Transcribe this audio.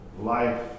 life